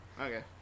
Okay